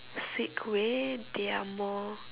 sick way they are more